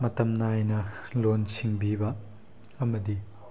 ꯃꯇꯝ ꯅꯥꯏꯅ ꯂꯣꯟ ꯁꯤꯡꯕꯤꯕ ꯑꯃꯗꯤ